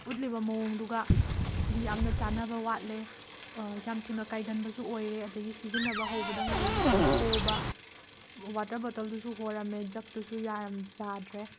ꯎꯠꯂꯤꯕ ꯃꯑꯣꯡꯗꯨꯒꯗꯤ ꯌꯥꯝꯅ ꯆꯥꯟꯅꯕ ꯋꯥꯠꯂꯦ ꯌꯥꯝꯅ ꯊꯨꯅ ꯀꯥꯏꯒꯟꯕꯁꯨ ꯑꯣꯏꯔꯦ ꯑꯗꯒꯤ ꯁꯤꯖꯤꯟꯅꯕ ꯍꯧꯕꯗ ꯉꯥꯏꯔꯤ ꯍꯣꯕ ꯋꯥꯇꯔ ꯕꯥꯇꯜꯗꯨꯁꯨ ꯍꯣꯔꯝꯃꯦ ꯖꯒꯇꯨꯁꯨ ꯌꯥꯔꯝ ꯌꯥꯗ꯭ꯔꯦ